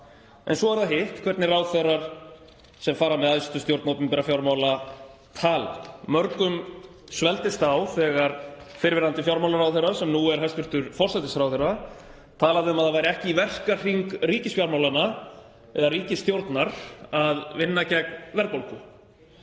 en svo er það hitt hvernig ráðherrar sem fara með æðstu stjórn opinberra fjármála tala. Mörgum svelgdist á þegar fyrrverandi fjármálaráðherra, sem nú er hæstv. forsætisráðherra, talaði um að það væri ekki í verkahring ríkisfjármálanna eða ríkisstjórnar að vinna gegn verðbólgu.